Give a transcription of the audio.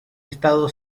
estado